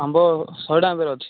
ଆମ୍ବ ଶହେ ଟଙ୍କା ଫେରେ ଅଛି